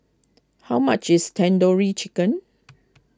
how much is Tandoori Chicken